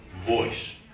voice